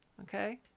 Okay